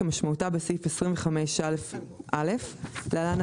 כמשמעותה בסעיף 25א(א) (להלן,